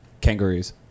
Kangaroos